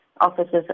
offices